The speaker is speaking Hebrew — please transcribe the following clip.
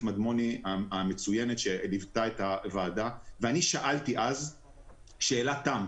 מדמוני המצוינת שליוותה את הוועדה ואני שאלתי אז שאלת תם,